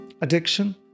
Addiction